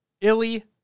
Illy